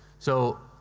so,